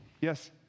Yes